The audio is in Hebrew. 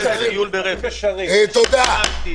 שאליהן הצטרפו גם ישראל ביתנו וגם חברת הכנסת מרב מיכאלי.